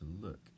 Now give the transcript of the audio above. look